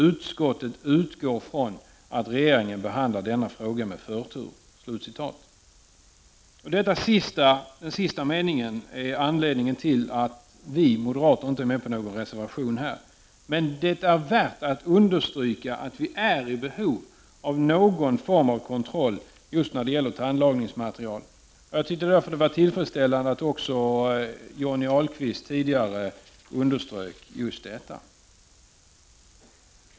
Utskottet utgår från att regeringen behandlar denna fråga med förtur.” Den sista meningen är anledningen till att vi moderater inte har anslutit oss till någon reservation. Men det är värt att understryka att det finns behov av någon form av kontroll just när det gäller tandlagningsmaterial. Och det var därför tillfredsställande att även Johnny Ahlqvist tidigare underströk just detta.